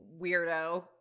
weirdo